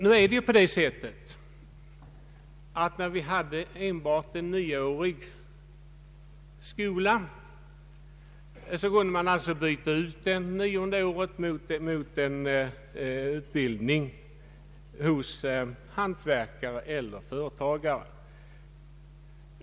När vi hade enbart nioårig skola kunde man byta ut det nionde året mot utbildning hos hantverkare eller företagare.